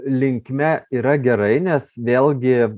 linkme yra gerai nes vėlgi